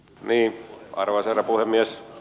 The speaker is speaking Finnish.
arvoisa herra puhemies